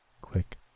click